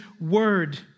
word